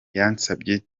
yansabye